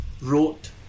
wrote